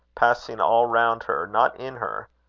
passing all round her, not in her.